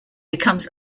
becomes